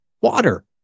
water